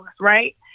Right